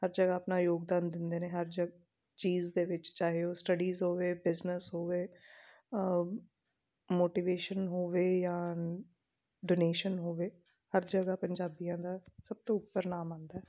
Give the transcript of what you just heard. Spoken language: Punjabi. ਹਰ ਜਗ੍ਹਾ ਆਪਣਾ ਯੋਗਦਾਨ ਦਿੰਦੇ ਨੇ ਹਰ ਜਗ ਚੀਜ਼ ਦੇ ਵਿੱਚ ਚਾਹੇ ਉਹ ਸਟੱਡੀਜ਼ ਹੋਵੇ ਬਿਜ਼ਨਸ ਹੋਵੇ ਮੋਟੀਵੇਸ਼ਨ ਹੋਵੇ ਜਾਂ ਡੋਨੇਸ਼ਨ ਹੋਵੇ ਹਰ ਜਗ੍ਹਾ ਪੰਜਾਬੀਆਂ ਦਾ ਸਭ ਤੋਂ ਉੱਪਰ ਨਾਮ ਆਉਂਦਾ